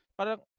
Parang